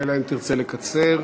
אלא אם תרצה לקצר.